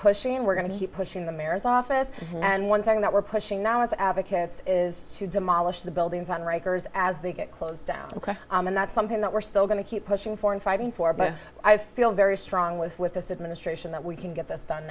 pushing and we're going to keep pushing the mare's office and one thing that we're pushing now is advocates is to demolish the buildings on riker's as they get close down and that's something that we're still going to keep pushing for and fighting for but i feel very strongly with this administration that we can get this done